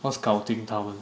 what's 搞定他们